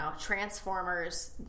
Transformers